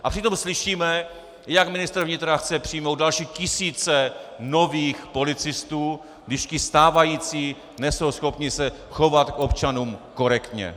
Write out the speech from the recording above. A přitom slyšíme, jak ministr vnitra chce přijmout další tisíce nových policistů, když ti stávající nejsou schopni se chovat k občanům korektně.